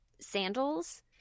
sandals